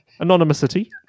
anonymity